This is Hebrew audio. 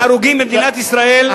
30% מההרוגים במדינת ישראל,